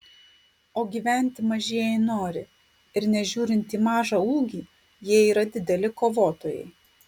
o gyventi mažieji nori ir nežiūrint į mažą ūgį jie yra dideli kovotojai